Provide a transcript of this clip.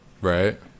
right